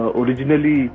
originally